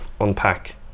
unpack